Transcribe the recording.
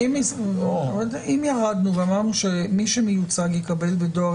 אם ירדנו ואמרנו שמי שמיוצג יקבל בדואר